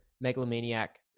megalomaniac